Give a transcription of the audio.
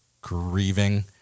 grieving